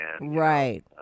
Right